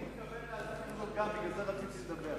אני גם מתכוון להזכיר זאת, בגלל זה רציתי לדבר.